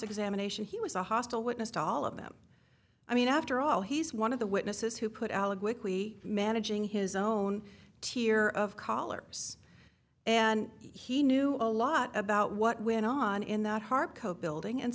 examination he was a hostile witness to all of them i mean after all he's one of the witnesses who put allegorically managing his own tier of collars and he knew a lot about what went on in that harpo building and